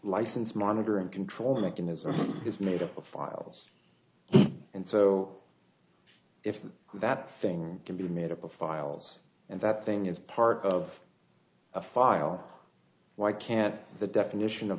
license monitor and control mechanism is made up of files and so if that thing can be made up of files and that thing is part of a file why can't the definition of